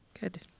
Good